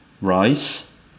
rice